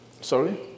sorry